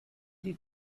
die